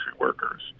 workers